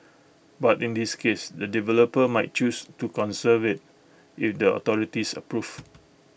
but in this case the developer might choose to conserve IT if the authorities approve